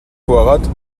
vorrat